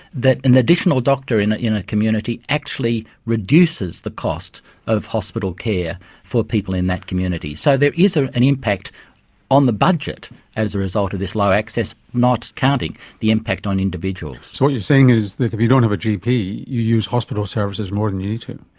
that an additional doctor in in a community actually reduces the cost of hospital care for people in that community. so there is ah an impact on the budget as a result of this low access, not counting the impact on individuals. so what you're saying is that if you don't have a gp you use hospital services more than you need to.